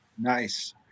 Nice